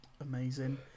amazing